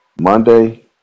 Monday